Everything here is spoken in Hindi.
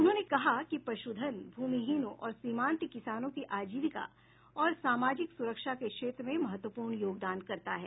उन्होंने कहा कि पशुधन भूमिहीनों और सीमांत किसानों की आजीविका और सामाजिक सुरक्षा के क्षेत्र में महत्वपूर्ण योगदान करता है